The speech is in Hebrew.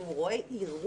אם הוא רואה אירוע.